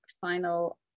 final